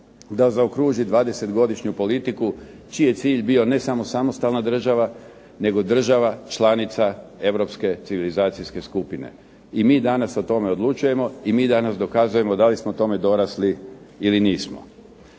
da zaokruži 20 godišnju politiku čiji je cilj bio ne samo samostalna država, nego država članica europske civilizacijske skupine. I mi danas o tome odlučujemo i mi danas dokazujemo da li smo tome dorasli ili nismo.